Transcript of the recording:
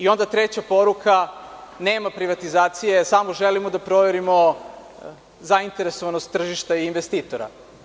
Onda, treća poruka je da nema privatizacije i da samo želimo da proverimo zainteresovanost tržišta i investitora.